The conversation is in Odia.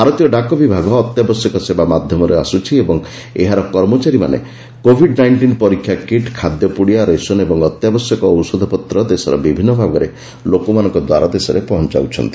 ଭାରତୀୟ ଡାକ ବିଭାଗ ଅତ୍ୟାବଶ୍ୟକ ସେବା ମଧ୍ୟରେ ଆସୁଛି ଓ ଏହାର କର୍ମଚାରୀମାନେ କୋଭିଡ୍ ନାଇଷ୍ଟିନ୍ ପରୀକ୍ଷା କିଟ୍ ଖାଦ୍ୟ ପୁଡ଼ିଆ ରେସନ୍ ଓ ଅତ୍ୟାବଶ୍ୟକ ଔଷଧପତ୍ର ଦେଶର ବିଭିନ୍ନ ଭାଗରେ ଲୋକମାନଙ୍କ ଦ୍ୱାରଦେଶରେ ପହଞ୍ଚାଉଛି